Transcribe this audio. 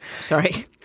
Sorry